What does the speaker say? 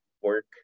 work